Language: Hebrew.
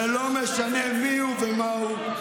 ולא משנה מי הוא ומה הוא,